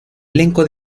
elenco